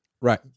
Right